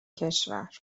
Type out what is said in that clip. کشور